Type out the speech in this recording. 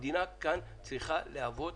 המדינה צריכה כאן להוות